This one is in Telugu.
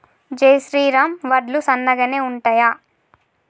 జై శ్రీరామ్ వడ్లు సన్నగనె ఉంటయా?